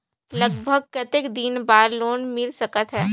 लगभग कतेक दिन बार लोन मिल सकत हे?